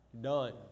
Done